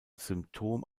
symptom